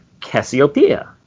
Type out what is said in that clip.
Cassiopeia